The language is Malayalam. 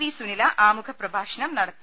വി സുനില ആമുഖ പ്രഭാഷണം നടത്തി